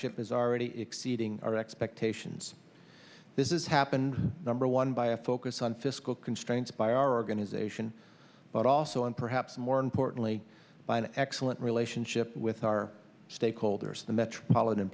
ship is already exceeding our expectations this is happened number one by a focus on fiscal constraints by our organization but also and perhaps more importantly by an excellent relationship with our stakeholders the metropolitan